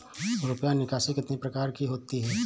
रुपया निकासी कितनी प्रकार की होती है?